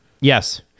Yes